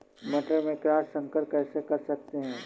मटर में क्रॉस संकर कैसे कर सकते हैं?